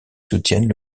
soutiennent